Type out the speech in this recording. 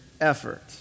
effort